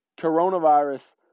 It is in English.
coronavirus